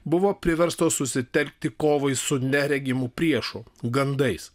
buvo priverstos susitelkti kovai su neregimu priešu gandais